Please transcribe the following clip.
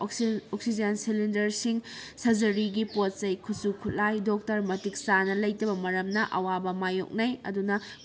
oxygen ꯁꯤꯂꯤꯟꯗꯔꯁꯤꯡ ꯁꯔꯖꯔꯤꯒꯤ ꯄꯣꯠ ꯆꯩ ꯈꯨꯠꯁꯨ ꯈꯨꯠꯂꯥꯏ ꯗꯣꯛꯇꯔ ꯃꯇꯤꯛ ꯆꯥꯅ ꯂꯩꯇꯕ ꯃꯔꯝꯅ ꯑꯋꯥꯕ ꯃꯌꯣꯛꯅꯩ ꯑꯗꯨꯅ